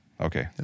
Okay